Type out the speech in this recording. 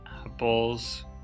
apples